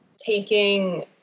taking